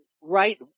Right